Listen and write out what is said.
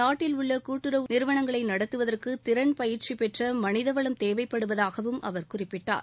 நாட்டில் உள்ள கூட்டுறவு நிறுவனங்களை நடத்துவதற்கு திறன் பயிற்சி பெற்ற மனிதவளம் தேவைப்படுவதாகவும் அவர் குறிப்பிட்டார்